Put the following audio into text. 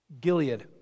Gilead